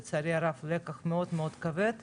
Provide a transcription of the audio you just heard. לצערי הרב לקח מאוד מאוד כבד וכואב,